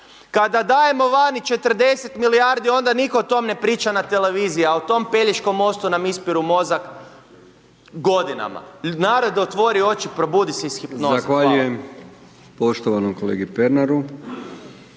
Kada dajemo vani 40 milijardi onda niko o tom ne priča na televiziji, a o tom Pelješkom mostu nam ispiru mozak godinama. Narode otvori oči, probudi se iz hipnoze. Hvala. **Brkić, Milijan (HDZ)** Zahvaljujem poštovanom kolegi Pernaru.